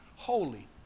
holy